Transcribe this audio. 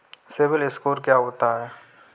CIBIL score क्या होता है?